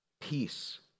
peace